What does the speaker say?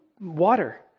water